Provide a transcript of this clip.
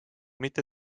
mitte